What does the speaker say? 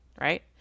right